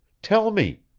tell me